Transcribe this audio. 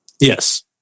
Yes